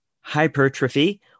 hypertrophy